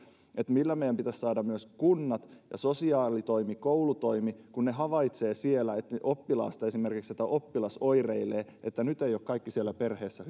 meidän pitäisi saada myös kunnat ja sosiaalitoimi koulutoimi mukaan että kun ne havaitsevat siellä että esimerkiksi oppilas oireilee että nyt ei ole kaikki siellä perheessä